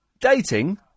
dating